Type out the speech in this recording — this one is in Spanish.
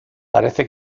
parece